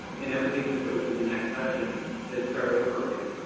and everything just goes into next session to start over again.